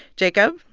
jacob?